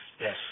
Yes